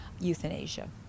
euthanasia